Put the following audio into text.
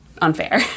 unfair